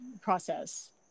process